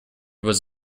was